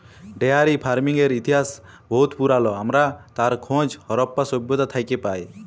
dairy ফারমিংয়ের ইতিহাস বহুত পুরাল আমরা তার খোঁজ হরপ্পা সভ্যতা থ্যাকে পায়